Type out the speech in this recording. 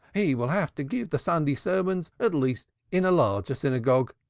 he will have to give the sunday sermons at least in a larger synagogue.